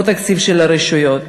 לא תקציב של הרשויות,